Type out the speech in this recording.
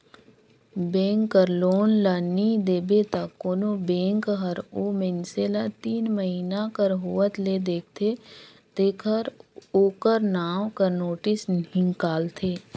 bank कर loan ल नी देबे त कोनो बेंक हर ओ मइनसे ल तीन महिना कर होवत ले देखथे तेकर ओकर नांव कर नोटिस हिंकालथे